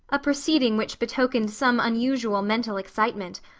a proceeding which betokened some unusual mental excitement,